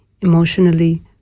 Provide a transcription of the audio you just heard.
emotionally